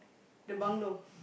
the bungalow